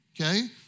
okay